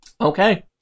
Okay